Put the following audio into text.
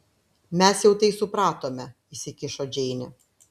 mes jau tai supratome įsikišo džeinė